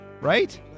right